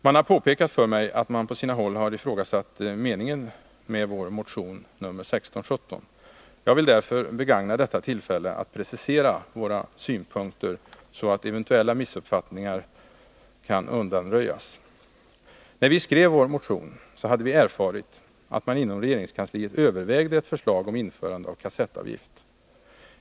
Det har påpekats för mig att man på sina håll har ifrågasatt meningen med vår motion nr 1617. Jag vill därför begagna detta tillfälle att precisera våra synpunkter, så att eventuella missuppfattningar kan undanröjas. När vi skrev vår motion hade vi erfarit att man inom regeringskansliet övervägde ett förslag om införande av kassettavgift.